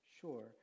Sure